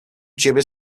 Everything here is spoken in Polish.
ciebie